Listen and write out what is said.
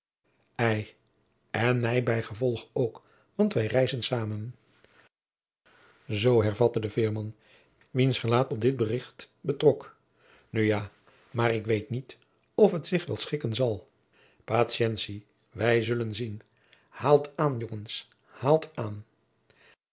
ei en mij bij gevolg ook want wij reizen samen zoo hervatte de veerman wiens gelaat op dit bericht betrok nu ja maôr ik weet niet of het zich wel schikken zal patientie wij zullen zien haalt aan jongens haalt aan